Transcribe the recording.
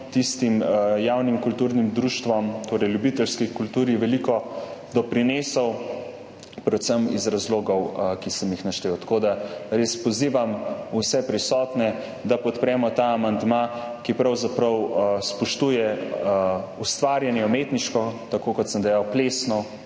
tistim javnim kulturnim društvom, torej ljubiteljski kulturi, veliko doprinesel, predvsem iz razlogov, ki sem jih naštel. Tako da res pozivam vse prisotne, da podpremo ta amandma, ki pravzaprav spoštuje umetniško ustvarjanje, tako kot sem dejal, plesno,